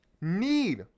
need